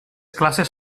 classes